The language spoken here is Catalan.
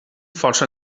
força